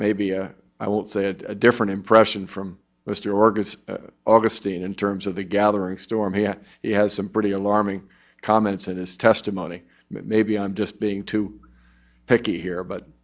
maybe a i won't say it a different impression from mr orgreave augustine in terms of the gathering storm here he has some pretty alarming comments in his testimony maybe i'm just being too picky here but